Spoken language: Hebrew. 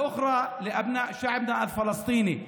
אחת למתנחלים והאחרת לבני עמנו הפלסטיני,